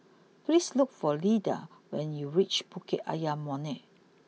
please look for Ilda when you reach Bukit Ayer Molek